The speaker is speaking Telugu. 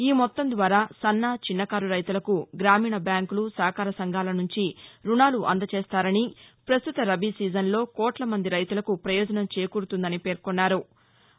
ఈ మొత్తం ద్వారా సన్న చిన్నకారు రైతులకు గ్రామీణ బ్యాంకులు సహకార సంఘాల నుంచి రుణాలు అందజేస్తారని ప్రస్తుత రబీ సీజన్లో కోట్ల మంది రైతులకు ప్రయోజనం చేకూరుతుందని పేర్కొన్నారు